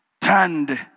turned